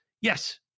Yes